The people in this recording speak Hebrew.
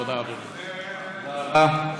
תודה, אדוני.